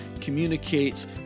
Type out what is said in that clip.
communicates